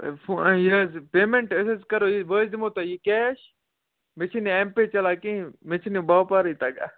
یہِ حظ پیمینٛٹ أسۍ حظ کَرو بہٕ حظ دِمو تۄہہِ یہِ کیش مےٚ چھِنہٕ اٮ۪م پے چلان کِہیٖنۍ مےٚ چھِنہٕ یہِ باپارٕے تگان